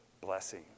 blessing